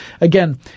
Again